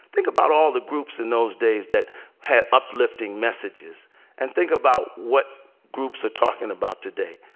think about all the groups in those days that had uplifting messages and think about what groups are talking about today.